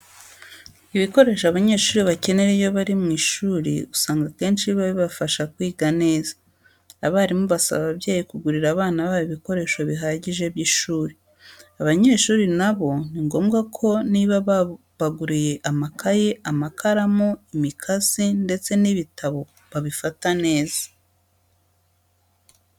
Ibikoresho abanyeshuri bakenera iyo bari mu ishuri usanga akenshi biba bibafasha kwiga neza. Abarimu basaba ababyeyi kugurira abana babo ibikoresho bihagije by'ishuri. Abanyeshuri na bo ni ngombwa ko niba babaguriye amakayi, amakaramu, imikasi ndetse n'ibitabo babifata neza.